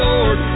Lord